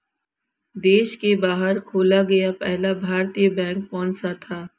देश के बाहर खोला गया पहला भारतीय बैंक कौन सा था?